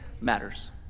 matters